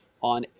on